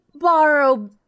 Borrow